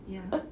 ya